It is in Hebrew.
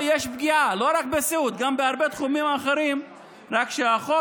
סטודנטים אחרים שמסיימים נושאים אחרים, כמו סיעוד